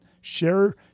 Share